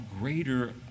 greater